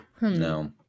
No